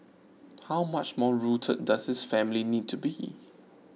how much more rooted does this family need to be